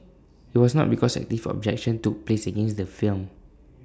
IT was not because active objection took place against the film